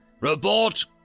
Report